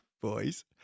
boys